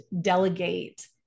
delegate